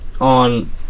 on